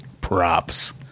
props